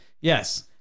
yes